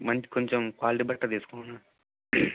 మంచి కొంచెం క్వాలిటీ బట్ట తీసుకో అన్న